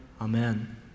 amen